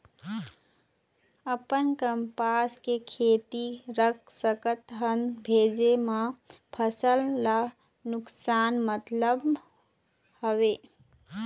अपन कपास के खेती रख सकत हन भेजे मा फसल ला नुकसान मतलब हावे?